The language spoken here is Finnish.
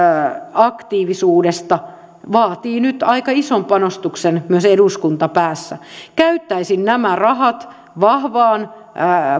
aktiivisuudesta vaatii nyt aika ison panostuksen myös eduskuntapäässä käyttäisin nämä rahat satsaamalla vahvaan